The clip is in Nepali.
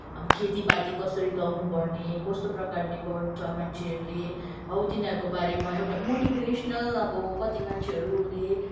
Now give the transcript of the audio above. अब खेतीपाती कसरी लगाउनुपर्ने कस्तो प्रकारले गर्छ मान्छेहरूले हो तिनीहरूको बारेमा एउटा मोटिभेसनल अब कति मान्छेहरूले